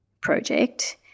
project